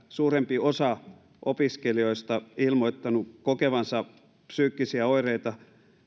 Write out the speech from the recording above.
suurempi osa opiskelijoista ilmoittanut kokevansa psyykkisiä oireita